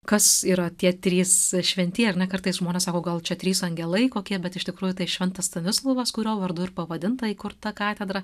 kas yra tie trys šventieji ar ne kartais žmonės sako gal čia trys angelai kokie bet iš tikrųjų tai šventas stanislovas kurio vardu ir pavadinta įkurta katedra